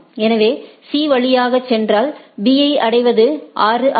எனவே C வழியாக சென்றால் B ஐ அடைவது 6 ஆகும்